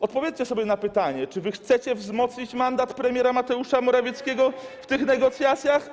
Odpowiedzcie sobie na pytanie: Czy wy chcecie wzmocnić mandat premiera Mateusza Morawieckiego w tych negocjacjach.